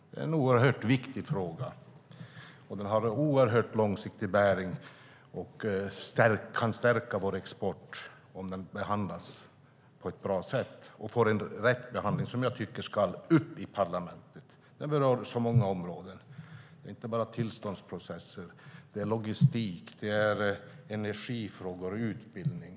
Det är en oerhört viktig fråga som har långsiktig bäring och kan stärka vår export om den behandlas på ett bra sätt och får rätt behandling. Jag tycker att den ska tas upp i parlamentet. Den berör så många områden, inte bara tillståndsprocesser utan också logistik, energi och utbildning.